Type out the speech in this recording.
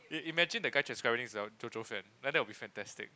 i~ imagine the guy transcribing is a JoJo fan then that will be fantastic